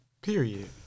Period